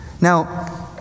Now